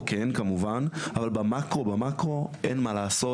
כן כמובן אבל במאקרו אין מה לעשות,